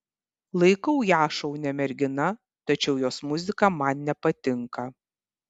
laikau ją šaunia mergina tačiau jos muzika man nepatinka